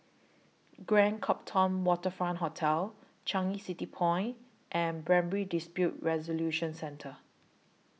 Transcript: Grand Copthorne Waterfront Hotel Changi City Point and Primary Dispute Resolution Centre